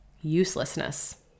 Uselessness